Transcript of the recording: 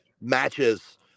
matches